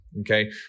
Okay